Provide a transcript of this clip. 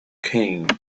king